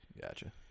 Gotcha